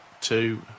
Two